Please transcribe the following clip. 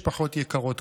משפחות יקרות,